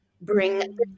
bring